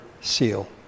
seal